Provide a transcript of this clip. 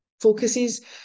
focuses